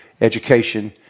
education